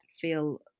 feel